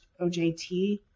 ojt